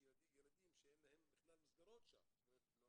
יש ילדים שאין להם מסגרות במקום, לא